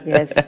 Yes